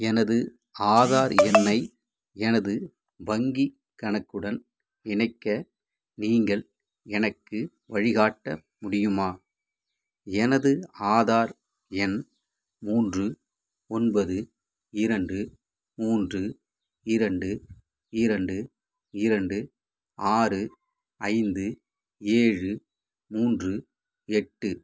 எனது ஆதார் எண்ணை எனது வங்கிக் கணக்குடன் இணைக்க நீங்கள் எனக்கு வழிகாட்ட முடியுமா எனது ஆதார் எண் மூன்று ஒன்பது இரண்டு மூன்று இரண்டு இரண்டு இரண்டு ஆறு ஐந்து ஏழு மூன்று எட்டு